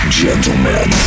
gentlemen